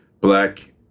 black